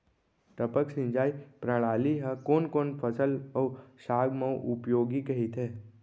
टपक सिंचाई प्रणाली ह कोन कोन फसल अऊ साग म उपयोगी कहिथे?